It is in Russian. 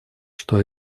что